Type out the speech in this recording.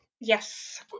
Yes